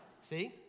See